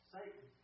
Satan